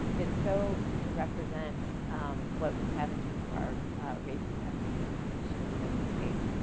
that it's so seemed to represent what we've have in terms of our race and ethnic composition in the united states.